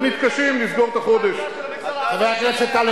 אני רוצה לחזור ולהגיד את זה: המצוקות אמיתיות,